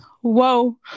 whoa